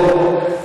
כן.